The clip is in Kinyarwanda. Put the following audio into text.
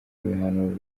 ibihano